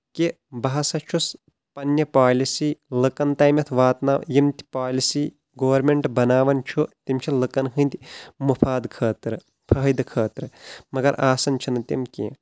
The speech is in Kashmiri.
کہِ بہ ہسا چھُس پننہِ پالسی لُکن تامَتھ واتنا یِم تہِ پالسی گورمیٚنٹ بناوان چھُ تِم چھِ لھکن ہٕندۍ مفاد خٲطرٕ فٲیدٕ خٲطرٕ مگر آسان چھنہٕ تِم کینٛہہ